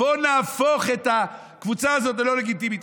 בוא נהפוך את הקבוצה הזאת ללא לגיטימית.